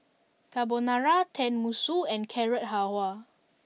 Carbonara Tenmusu and Carrot Halwa